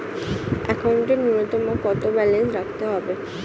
একাউন্টে নূন্যতম কত ব্যালেন্স রাখতে হবে?